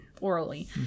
orally